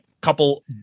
couple